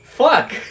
fuck